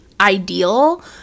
ideal